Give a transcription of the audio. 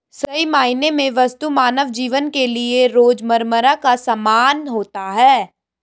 सही मायने में वस्तु मानव जीवन के लिये रोजमर्रा का सामान होता है